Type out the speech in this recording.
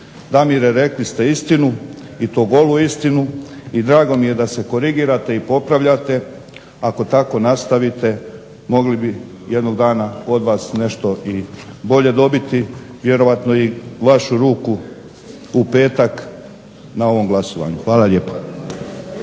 Damire rekli ste istinu i to golu istinu i drago mi je da se korigirate i popravljate. Ako tako nastavite mogli bi jednog dana od vas nešto i bolje dobiti, vjerojatno i vašu ruku u petak na ovom glasovanju. Hvala lijepo.